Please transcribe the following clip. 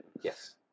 Yes